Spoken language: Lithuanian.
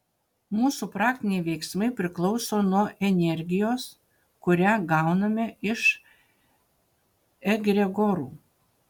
mūsų praktiniai veiksmai priklauso nuo energijos kurią gauname iš egregorų